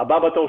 ממש